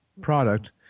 product